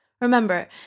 Remember